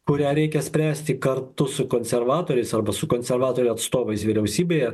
kurią reikia spręsti kartu su konservatoriais arba su konservatorių atstovais vyriausybėje